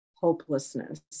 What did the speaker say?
hopelessness